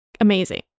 amazing